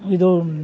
ಇದು